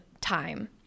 time